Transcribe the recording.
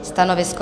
Stanovisko?